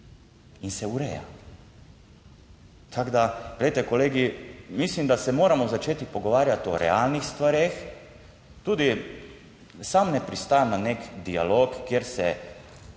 in se ureja. Tako, da, glejte kolegi mislim, da se moramo začeti pogovarjati o realnih stvareh. Tudi sam ne pristajam na nek dialog, kjer se,